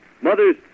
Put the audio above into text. Mother's